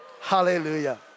Hallelujah